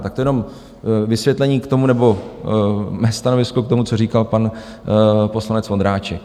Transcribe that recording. Tak to jenom vysvětlení k tomu nebo mé stanovisko k tomu, co říkal pan poslanec Vondráček.